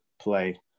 play